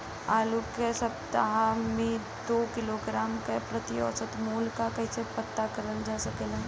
आलू के सप्ताह में दो किलोग्राम क प्रति औसत मूल्य क कैसे पता करल जा सकेला?